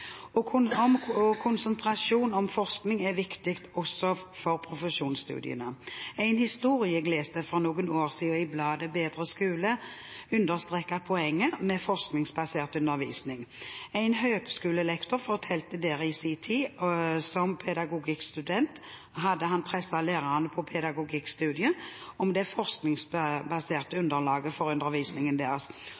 som kan bedrive bedre forskning. Konsentrasjon om forskning er viktig også for profesjonsstudiene. En historie jeg leste for noen år siden i bladet Bedre Skole, understreker poenget med forskningsbasert undervisning. En høyskolelektor fortalte der at i sin tid som pedagogikkstudent hadde han presset lærerne på pedagogikkstudiet om det forskningsbaserte underlaget for undervisningen deres.